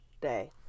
day